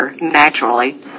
naturally